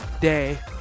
day